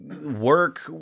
work